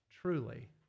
truly